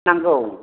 नांगौ